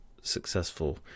successful